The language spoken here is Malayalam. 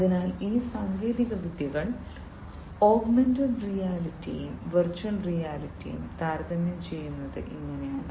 അതിനാൽ ഈ സാങ്കേതികവിദ്യകൾ ഓഗ്മെന്റഡ് റിയാലിറ്റിയെയും വെർച്വൽ റിയാലിറ്റിയെയും താരതമ്യം ചെയ്യുന്നത് ഇങ്ങനെയാണ്